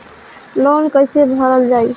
Loan कैसे भरल जाइ?